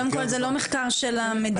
קודם כל זה לא מחקר של המדינה,